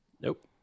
Nope